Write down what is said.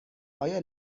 آیا